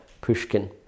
Pushkin